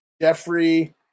Jeffrey